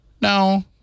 No